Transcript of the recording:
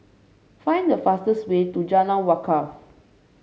find the fastest way to Jalan Wakaff